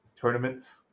tournaments